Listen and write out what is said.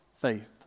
faith